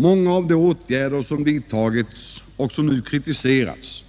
Många av de åtgärder som vidtagits och som nu kritiseras